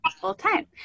full-time